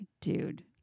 dude